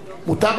עוברים להצבעה,